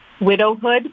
widowhood